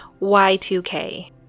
Y2K